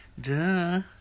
Duh